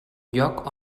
lloc